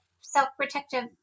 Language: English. self-protective